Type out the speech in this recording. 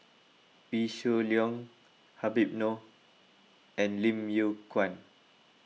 Wee Shoo Leong Habib Noh and Lim Yew Kuan